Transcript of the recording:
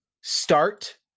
start